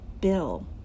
Bill